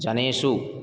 जनेषु